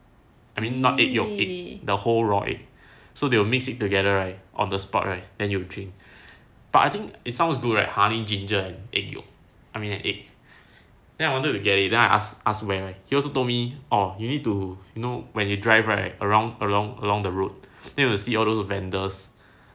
I mean not egg yolk the whole raw egg so they will mix it together right on the spot right then you drink but I think it sounds good right honey ginger and egg yolk I mean an egg then I wanted to get it then I ask where he also told me oh you need to know when you drive right around around around the road will see all those vendors